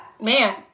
man